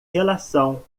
relação